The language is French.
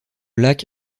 lac